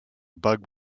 bug